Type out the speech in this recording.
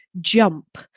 jump